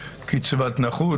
קצבת נכות,